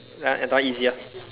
ya that one easier